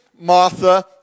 Martha